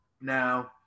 Now